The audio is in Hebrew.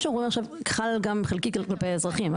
מה שאומרים עכשיו חל חלקית גם כלפי האזרחים,